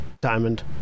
Diamond